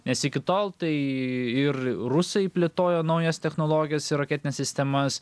nes iki tol tai ir rusai plėtojo naujas technologijas ir raketines sistemas